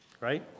Right